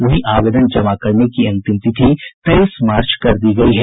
वहीं आवेदन जमा करने की अंतिम तिथि तेईस मार्च कर दी गयी है